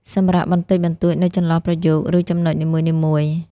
សម្រាកបន្តិចបន្តួចនៅចន្លោះប្រយោគ ឬចំណុចនីមួយៗ។